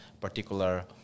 particular